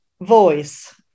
voice